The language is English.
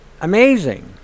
amazing